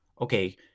okay